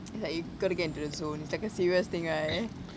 it's like you got to get into the zone it's like a serious thing right